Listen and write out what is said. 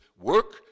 work